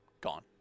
gone